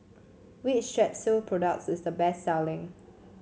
which Strepsils product is the best selling